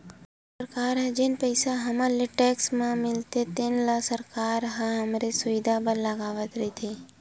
सरकार ल जेन पइसा हमर ले टेक्स म मिलथे तेन ल सरकार ह हमरे सुबिधा बर लगावत रइथे